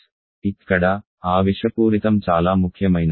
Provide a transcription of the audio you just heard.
ఇక్కడ ఆ విషపూరితం చాలా ముఖ్యమైనది